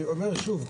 אני אומר שוב,